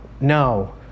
no